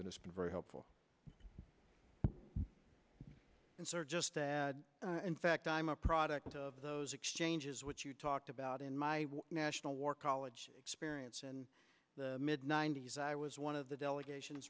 and it's been very helpful and sir just to add in fact i'm a product of those exchanges which you talked about in my national war college experience in the mid ninety's i was one of the delegation